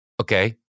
okay